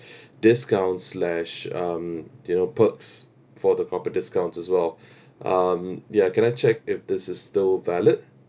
discount slash um you know perks for the corporate discounts as well um ya can I check if this is still valid